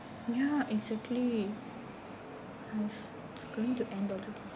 ya exactly I've it's going to end already